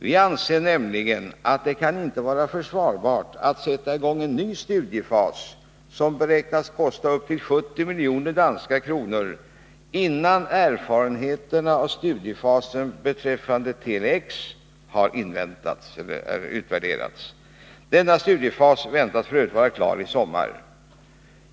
Vi anser nämligen att det inte kan vara försvarbart att sätta i gång en ny studiefas — som beräknas kosta upp till ett 70-tal miljoner danska kronor — innan erfarenheterna av studiefasen beträffande Tele X har utvärderats. Denna studiefas väntas vara klar i sommar.